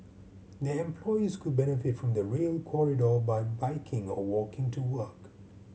their employees could benefit from the Rail Corridor by biking or walking to work